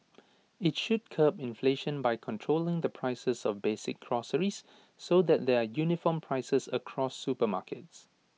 IT should curb inflation by controlling the prices of basic groceries so that there are uniform prices across supermarkets